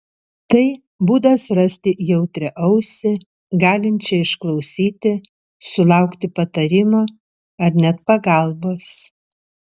tai būdas rasti jautrią ausį galinčią išklausyti sulaukti patarimo ar net pagalbos